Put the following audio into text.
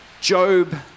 Job